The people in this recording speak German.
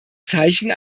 zeichen